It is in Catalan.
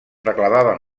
reclamaven